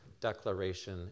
declaration